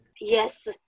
Yes